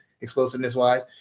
explosiveness-wise